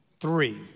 three